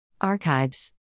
Archives